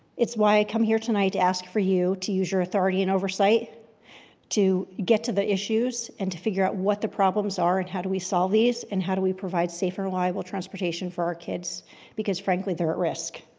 it's why i come here tonight to ask for you to use your authority and oversight to get to the issues and to figure out what the problems are and how do we solve these and how do we provide safe, reliable transportation for our kids because, frankly, they're at risk.